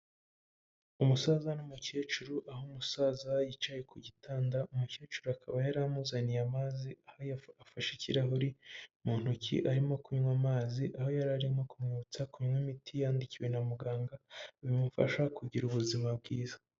Umusaza n'umukecuru aho umusaza yicaye ku gitanda umukecuru akaba yari amuzaniye amazi, aho afashe ikirahuri mu ntoki arimo kunywa amazi, aho yari arimo kumwibutsa kunywa imiti yandikiwe na muganga bimufasha kugira ubuzima bwiza.